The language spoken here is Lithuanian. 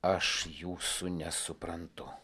aš jūsų nesuprantu